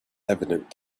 evident